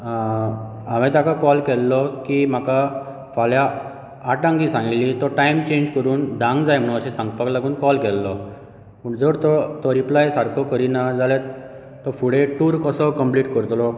हांवें ताका कॉल केल्लो की म्हाका फाल्यां आठांक जी सांगिल्ली तो टायम चेंज करून धाक जाय म्हणून अशें सांगपाक लागून कॉल केल्लो जर तो रिप्लाय सारको करीना जाल्यार तो फुडें टूर कसो कंप्लीट करतलो